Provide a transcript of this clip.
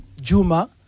Juma